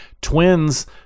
twins